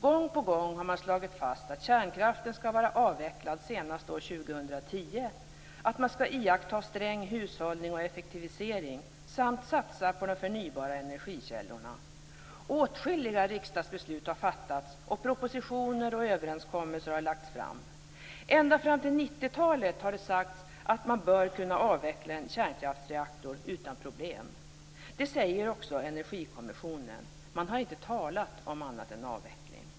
Gång på gång har man slagit fast att kärnkraften skall vara avvecklad senast år 2010 och att man skall iaktta sträng hushållning och effektivisering samt satsa på de förnybara energikällorna. Åtskilliga riksdagsbeslut har fattats, och propositioner och överenskommelser har lagts fram. Ända fram till 90-talet har det sagts att man bör kunna avveckla en kärnkraftsreaktor utan problem. Det säger också Energikommissionen. Man har inte talat om annat än avveckling.